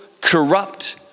corrupt